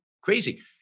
crazy